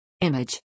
Image